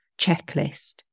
checklist